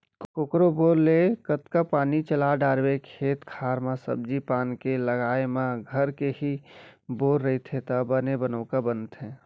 कोकरो बोर ले कतका पानी चला डारवे खेत खार म सब्जी पान के लगाए म घर के ही बोर रहिथे त बने बनउका बनथे